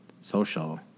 social